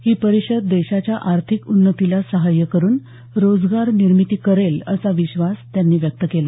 ही परिषद देशाच्या आर्थिक उन्नतीला सहाय्य करून रोजगार निर्मिती करेल असा विश्वास त्यांनी व्यक्त केला